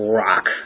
rock